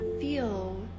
feel